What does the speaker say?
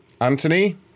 Anthony